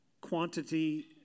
quantity